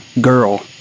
girl